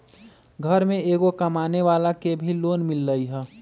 घर में एगो कमानेवाला के भी लोन मिलहई?